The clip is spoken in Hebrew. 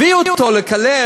הביאו אותו לקלל,